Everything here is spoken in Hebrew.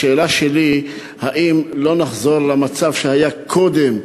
השאלה שלי היא: האם לא נחזור למצב שהיה קודם,